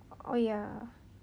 oh ya